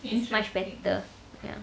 it's much better ya